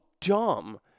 dumb